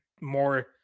more